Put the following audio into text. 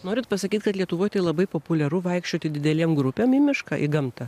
norit pasakyt kad lietuvoj tai labai populiaru vaikščioti didelėm grupėm į mišką į gamtą